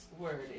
word